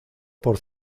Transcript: por